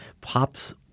pops